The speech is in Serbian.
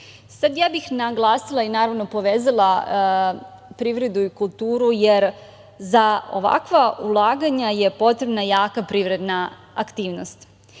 bih naglasila i povezala privredu i kulturu, jer za ovakva ulaganja je potrebna jaka privredna aktivnost